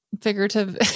figurative